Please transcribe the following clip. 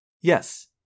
Yes